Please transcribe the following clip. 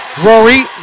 Rory